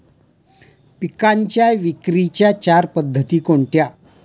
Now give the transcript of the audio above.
पिकांच्या विक्रीच्या चार पद्धती कोणत्या?